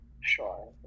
Sure